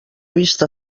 vista